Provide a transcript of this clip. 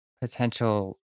potential